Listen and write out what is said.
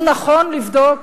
הוא נכון לבדוק